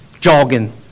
jogging